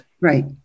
Right